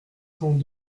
cent